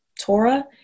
Torah